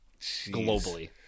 globally